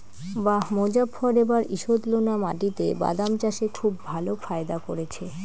বাঃ মোজফ্ফর এবার ঈষৎলোনা মাটিতে বাদাম চাষে খুব ভালো ফায়দা করেছে